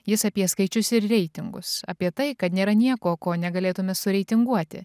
jis apie skaičius ir reitingus apie tai kad nėra nieko ko negalėtume sureitinguoti